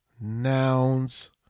nouns